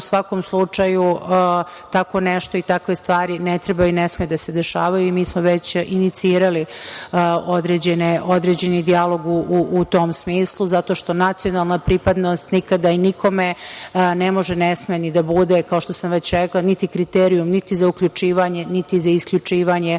u svakom slučaju tako nešto i takve stvari ne treba i ne smeju da se dešavaju i mi smo već inicirali određeni dijalog u tom smislu zato što nacionalna pripadnost nikada i nikome ne može, ne sme ni da bude, kao što sam već rekla, niti kriterijum, niti za uključivanje, niti za isključivanje